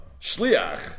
Shliach